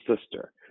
sister